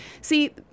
See